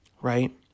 right